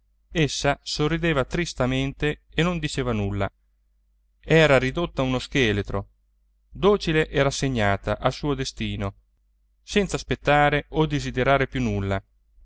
sorrideva tristamente e non diceva nulla era ridotta uno scheletro docile e rassegnata al suo destino senza aspettare o desiderare più nulla